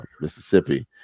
Mississippi